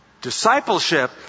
discipleship